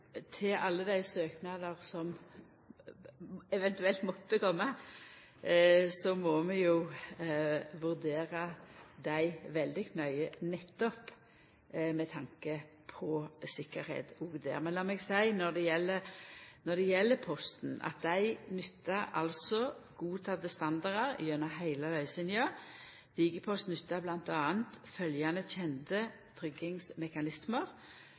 alle dei søknadene som eventuelt måtte koma, må vi vurdera veldig nøye, nettopp med tanke på tryggleik. Lat meg seia at når det gjeld Posten, nyttar dei godtekne standardar gjennom heile løysinga. Digipost nyttar bl.a. følgjande kjende tryggingsmekanismar: